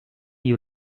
you